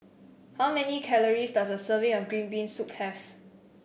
how many calories does a serving of Green Bean Soup have